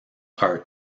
are